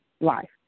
life